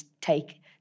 take